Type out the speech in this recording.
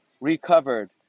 recovered